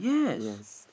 yes